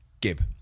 Gib